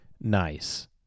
Nice